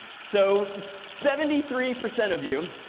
so seventy three percent of you,